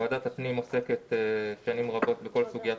ועדת הפנים עוסקת שנים רבות בכל סוגיית